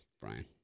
Brian